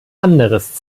anderes